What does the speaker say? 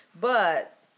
but-